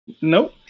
Nope